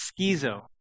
schizo